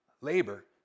labor